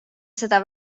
seda